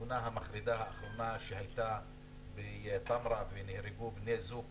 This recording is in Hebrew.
התאונה המחרידה האחרונה שהייתה בטמרה ובה נהרגו בני זוג,